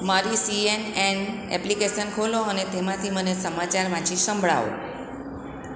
મારી CNN application ખોલો અને તેમાંથી મને સમાચાર વાંચી સંભળાવો